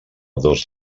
dos